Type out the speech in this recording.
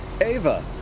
Ava